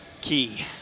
key